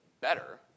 better